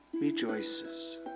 rejoices